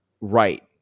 right